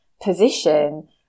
position